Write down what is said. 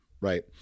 right